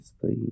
please